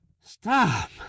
Stop